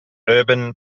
urban